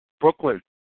Brooklyn